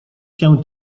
się